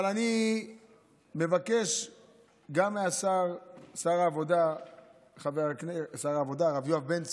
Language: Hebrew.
אבל אני מבקש גם מהשר, שר העבודה הרב יואב בן צור,